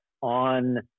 on